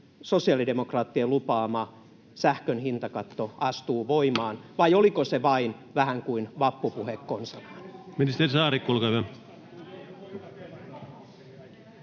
sosiaalidemokraattien lupaama, sähkön hintakatto astuu voimaan, vai oliko se vain vähän kuin vappupuhe konsanaan?